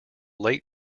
late